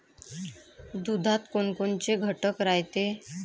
दुधात कोनकोनचे घटक रायते?